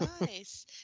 Nice